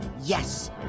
Yes